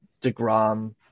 DeGrom